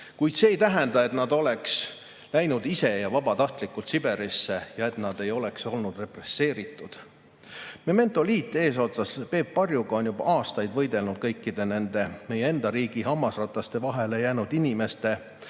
Kuid see ei tähenda, et nad oleks läinud ise vabatahtlikult Siberisse ja et nad ei oleks olnud represseeritud. Memento liit eesotsas Peep Varjuga on juba aastaid võidelnud kõikide nende meie enda riigi hammasrataste vahele jäänud inimeste,